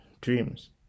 dreams